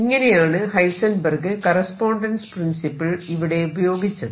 ഇങ്ങനെയാണ് Heisenberg correspondence principle ഇവിടെ ഉപയോഗിച്ചത്